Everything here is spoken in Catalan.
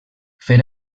fer